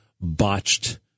botched